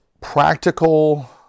practical